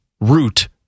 root